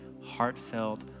heartfelt